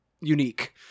unique